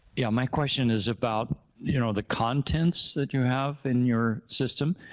yeah my question is about you know the contents that you have in your system